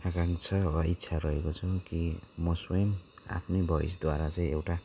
आकांक्षा वा इच्छा रहेको छन् कि म स्वयं आफ्नै भोइसद्वारा चाहिँ एउटा